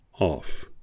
off